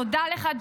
תודה לך,